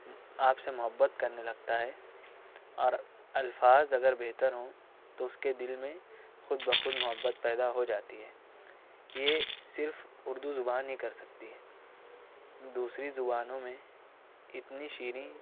آپ سے محبت کرنے لگتا ہے اور الفاظ اگر بہتر ہوں تو اس کے دل میں خود بخود محبت پیدا ہو جاتی ہے یہ صرف اردو زبان ہی کر سکتی ہے دوسری زبانوں میں اتنی شیریں